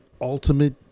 ultimate